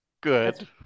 good